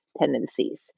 tendencies